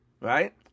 Right